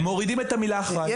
מורידים את המילה "אחראי".